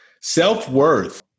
Self-worth